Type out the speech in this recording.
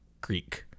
Greek